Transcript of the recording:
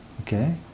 okay